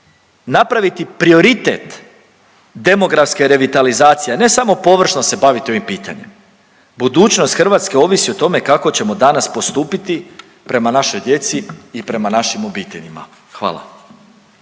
napraviti prioritet demografske revitalizacije, ne samo površno se baviti ovim pitanjem. Budućnost Hrvatske ovisi o tome kako ćemo danas postupiti prema našoj djeci i prema našim obiteljima. Hvala.